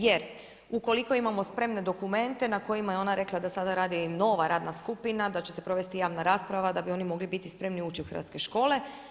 Jer ukoliko imamo spremne dokumente na kojima je ona rekla da sada radi nova radna skupina, da će se provesti javna rasprava, da bi oni mogli biti spremni ući u hrvatske škole.